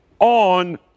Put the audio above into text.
On